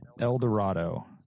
Eldorado